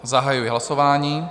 Zahajuji hlasování.